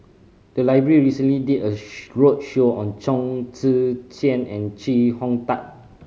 the library recently did a roadshow on Chong Tze Chien and Chee Hong Tat